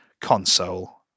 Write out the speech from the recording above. console